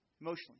Emotionally